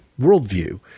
worldview